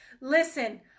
Listen